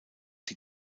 die